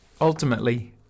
Ultimately